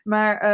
Maar